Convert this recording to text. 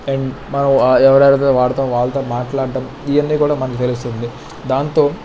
and మనం ఎవరెవరితో ఆడతాము వాళ్ళతో మాట్లాడటం ఇవన్నీ కూడా మనకు తెలుస్తుంది దాంతో